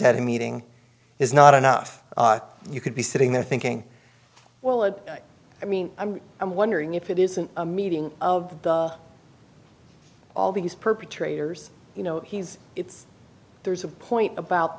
at a meeting is not enough you could be sitting there thinking well it i mean i'm i'm wondering if it isn't a meeting of all these perpetrators you know he's it's there's a point